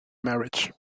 marriage